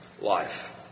life